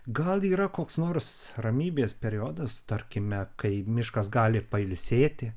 gal yra koks nors ramybės periodas tarkime kai miškas gali pailsėti